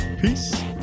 Peace